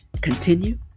continue